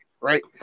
right